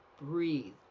Breathe